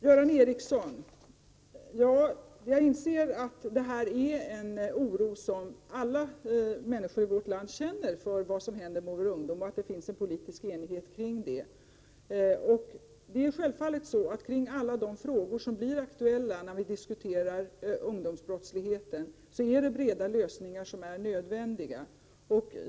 Ja, jag inser, Göran Ericsson, att alla människor i vårt land känner oro för vad som händer med ungdomen och att det finns en politisk enighet om det. I alla de frågor som blir aktuella i diskussionen om ungdomsbrottsligheten är 29 breda lösningar självfallet nödvändiga.